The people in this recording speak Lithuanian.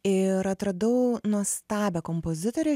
ir atradau nuostabią kompozitorę